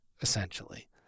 essentially